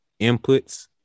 inputs